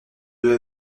deux